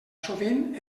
sovint